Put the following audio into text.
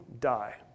die